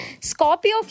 Scorpio